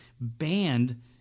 banned—